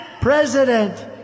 President